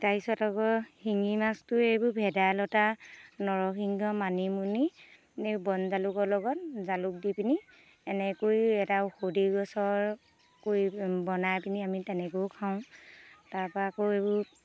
তাৰ পিছত আকৌ শিঙি মাছটো এইবোৰ ভেদাইলতা নৰসিংহ মানিমুনি এই বন জালুকৰ লগত জালুক দি পিনি এনে কৰিও এটা ঔষধি গছৰ কৰি বনাই পিনি আমি তেনেকৈও খাওঁ তাৰ পৰা আকৌ এইবোৰ